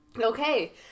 okay